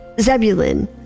Zebulun